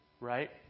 Right